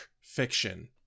fiction